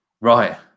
Right